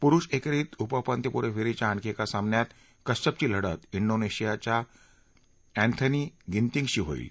पुरुष एकेरीत उपउपांत्यपूर्व फेरीच्या आणखी एका सामन्यात पारुपल्ली कश्यपची लढत इंडोनेशियाच्या अँथनी गिनतिंगशी होईल